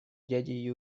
дяде